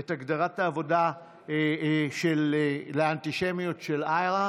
את הגדרת העבודה לאנטישמיות של IHRA,